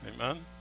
Amen